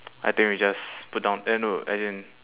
I think we just put down eh no no as in